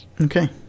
okay